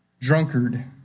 drunkard